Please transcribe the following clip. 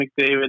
McDavid